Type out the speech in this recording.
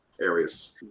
areas